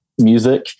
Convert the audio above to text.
music